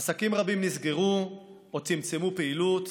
עסקים רבים נסגרו או צמצמו פעילות,